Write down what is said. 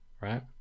right